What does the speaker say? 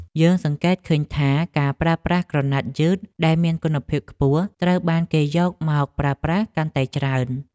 យើងសង្កេតឃើញថាការប្រើប្រាស់ក្រណាត់យឺតដែលមានគុណភាពខ្ពស់ត្រូវបានគេយកមកប្រើប្រាស់កាន់តែច្រើន។